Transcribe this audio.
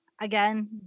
Again